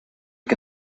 que